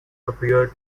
appear